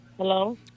Hello